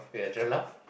ya try laugh